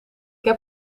heb